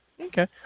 Okay